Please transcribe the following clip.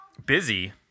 busy